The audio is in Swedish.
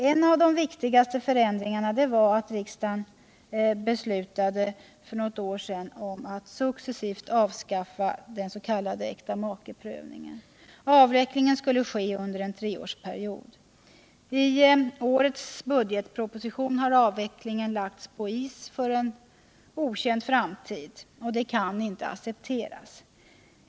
En av de viktigaste förändringarna var att riksdagen 1976 beslutade om att successivt avskaffa den s.k. äktamakeprövningen. Avvecklingen skulle ske under en treårsperiod. I årets budgetproposition har avvecklingen lagts på is för en okänd framtid. Det kan inte accepteras.